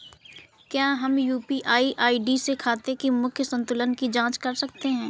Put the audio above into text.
क्या हम UPI ID से खाते के मूख्य संतुलन की जाँच कर सकते हैं?